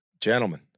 gentlemen